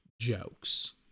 jokes